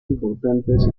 importantes